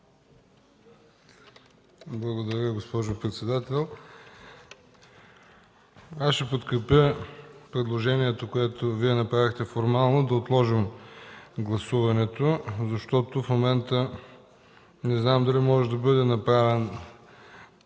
Благодаря, госпожо председател. Ще подкрепя предложението, което Вие направихте формално – да отложим гласуването, защото не знам дали в момента може да бъде